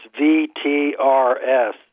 V-T-R-S